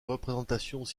représentations